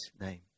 name